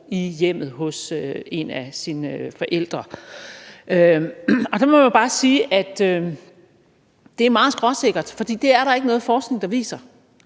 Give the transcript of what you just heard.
år hjemme hos en af forældrene. Der må jeg bare sige, at det er meget skråsikkert sagt, for det er der ikke noget forskning der viser.